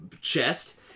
chest